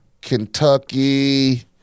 Kentucky